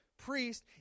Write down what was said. priest